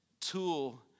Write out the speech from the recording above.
tool